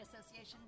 Association